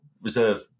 Reserve